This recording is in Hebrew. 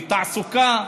לתעסוקה,